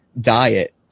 diet